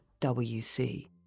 WC